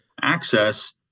access